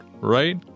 right